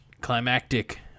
climactic